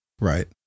Right